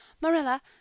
Marilla